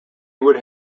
would